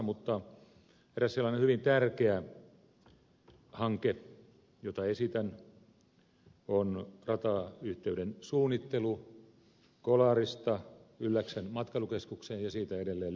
mutta eräs sellainen hyvin tärkeä hanke jota esitän on ratayhteyden suunnittelu kolarista ylläksen matkailukeskukseen ja siitä edelleen leville